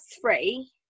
three